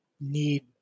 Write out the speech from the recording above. need